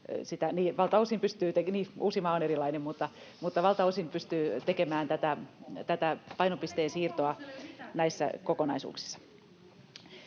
Valtaosin pystyy tekemään tätä painopisteen siirtoa näissä kokonaisuuksissa.